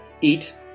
eat